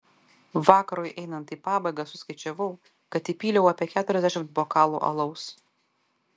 vakarui einant į pabaigą suskaičiavau kad įpyliau apie keturiasdešimt bokalų alaus